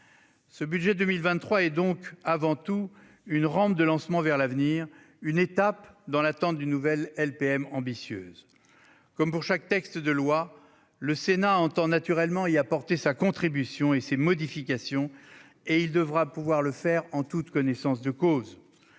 Ce budget pour 2023 est donc avant tout une rampe de lancement vers l'avenir, une étape dans l'attente d'une nouvelle LPM ambitieuse. Comme pour chaque texte législatif, le Sénat entend naturellement y apporter sa contribution et ses modifications, et il devra pouvoir le faire en toute connaissance de cause.